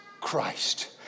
Christ